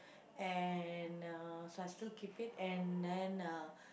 and uh so I still keep it and then uh